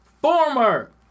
former